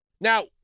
Now